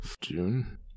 June